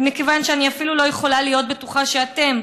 ומכיוון שאני אפילו לא יכולה להיות בטוחה שאתם,